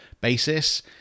basis